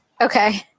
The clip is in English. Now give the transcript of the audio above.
okay